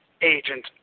agent